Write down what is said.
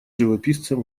живописцем